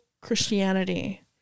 Christianity